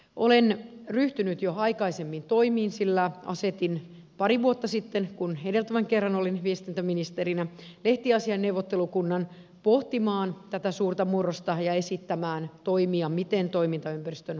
olen ryhtynyt jo aikaisemmin toimiin sillä asetin pari vuotta sitten kun edeltävän kerran olin viestintäministerinä lehtiasiainneuvottelukunnan pohtimaan tätä suurta murrosta ja esittämään toimia miten toimintaympäristön murrokseen vastattaisiin